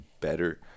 better